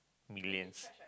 millions